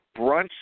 brunch